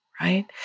right